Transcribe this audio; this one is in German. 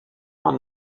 man